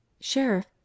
Sheriff